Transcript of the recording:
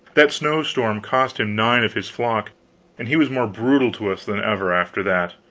that snow-storm cost him nine of his flock and he was more brutal to us than ever, after that,